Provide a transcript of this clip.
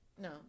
No